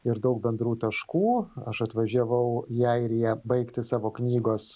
ir daug bendrų taškų aš atvažiavau į airiją baigti savo knygos